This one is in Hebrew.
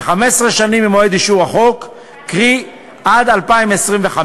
ל-15 שנים ממועד אישור החוק, קרי עד 2025,